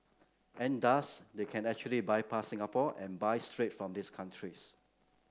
and thus they can actually bypass Singapore and buy straight from these countries